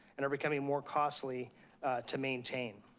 and are becoming more costly to maintain.